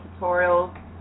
tutorials